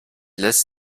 lists